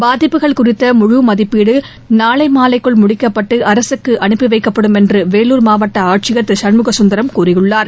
பாதிப்புகள் குறித்த முழு மதிப்பீடு நாளை மாலைக்குள் முடிக்கப்பட்டு அரசுக்கு அனுப்பி வைக்கப்படும் என்று வேலூர் மாவட்ட ஆட்சியர் திருகண்முகசுந்தரம் கூறியுள்ளார்